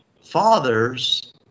fathers